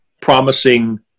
promising